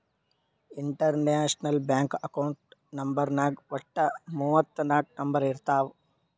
international bank account ನಂಬರ್ನಾಗ್ ವಟ್ಟ ಮೂವತ್ ನಾಕ್ ನಂಬರ್ ಇರ್ತಾವ್